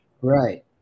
Right